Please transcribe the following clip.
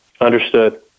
Understood